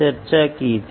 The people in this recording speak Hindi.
ऐसा क्यों है